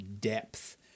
depth